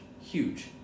huge